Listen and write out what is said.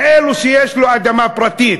מי שיש לו אדמה פרטית,